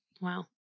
Wow